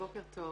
בוקר טוב.